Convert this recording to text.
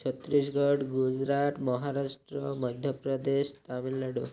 Chhattisgarh Gujarat Maharashtra Madhya Pradesh Tamil Nadu